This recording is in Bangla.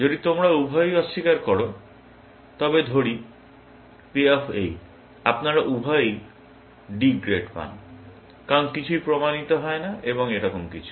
যদি তোমরা উভয়েই অস্বীকার কর তবে ধরি পে অফ এই আপনারা উভয়েই D গ্রেড পান কারণ কিছুই প্রমাণিত হয় না এবং এরকম কিছু